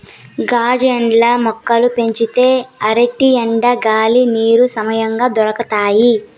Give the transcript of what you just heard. గాజు ఇండ్లల్ల మొక్కలు పెంచితే ఆటికి ఎండ, గాలి, నీరు సమంగా దొరకతాయి